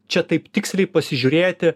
čia taip tiksliai pasižiūrėti